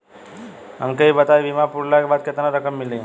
हमके ई बताईं बीमा पुरला के बाद केतना रकम मिली?